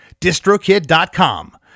distrokid.com